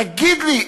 תגיד לי,